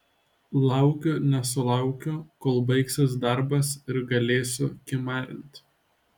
laukiu nesulaukiu kol baigsis darbas ir galėsiu kimarint